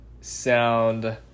sound